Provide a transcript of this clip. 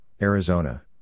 Arizona